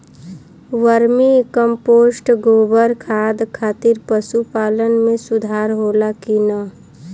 Vermi compost गोबर खाद खातिर पशु पालन में सुधार होला कि न?